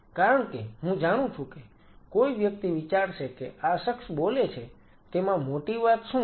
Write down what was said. કારણ કે હું જાણું છું કે કોઈ વ્યક્તિ વિચારશે કે આ શખ્સ બોલે છે તેમાં મોટી વાત શું છે